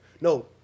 no